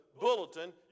bulletin